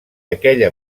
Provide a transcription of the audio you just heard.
aquella